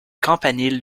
campanile